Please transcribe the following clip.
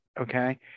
okay